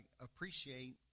appreciate